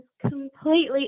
completely